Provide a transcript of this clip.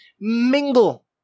Mingle